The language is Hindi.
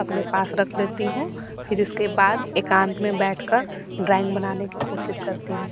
अपने पास रख लेती हूँ फिर इसके बाद एकांत में बैठकर ड्रॉइंग बनाने की कोशिश करती हूँ